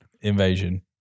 invasion